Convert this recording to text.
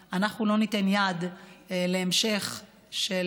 שיובן שאנחנו לא ניתן יד להמשך הטפטופים,